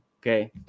Okay